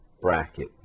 bracket